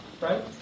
right